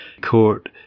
court